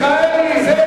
חבר הכנסת מיכאלי.